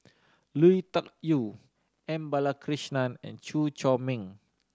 Lui Tuck Yew M Balakrishnan and Chew Chor Meng